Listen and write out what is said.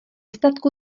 statku